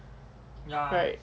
right